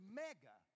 mega